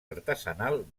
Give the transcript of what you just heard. artesanal